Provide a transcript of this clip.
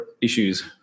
issues